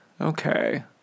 Okay